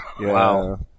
Wow